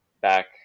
back